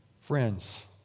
friends